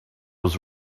was